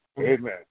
Amen